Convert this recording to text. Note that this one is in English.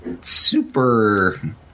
super